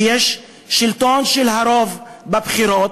ויש שלטון של הרוב בבחירות.